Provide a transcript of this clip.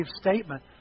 statement